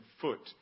foot